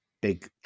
big